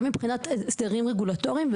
גם מבחינת הסדרים רגולטוריים,